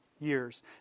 years